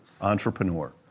entrepreneur